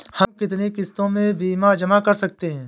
हम कितनी किश्तों में बीमा जमा कर सकते हैं?